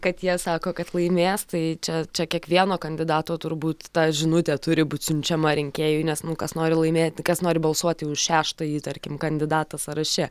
kad jie sako kad laimės tai čia čia kiekvieno kandidato turbūt ta žinutė turi būt siunčiama rinkėjui nes nu kas nori laimėti kas nori balsuoti už šeštąjį tarkim kandidatą sąraše